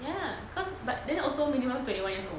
ya cause but then also minimum twenty one years old